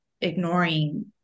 ignoring